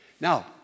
now